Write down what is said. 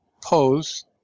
pose